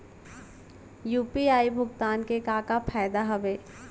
UPI भुगतान के का का फायदा हावे?